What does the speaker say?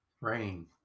rain